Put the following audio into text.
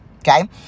Okay